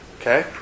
Okay